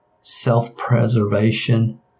self-preservation